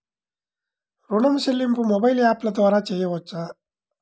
ఋణం చెల్లింపు మొబైల్ యాప్ల ద్వార చేయవచ్చా?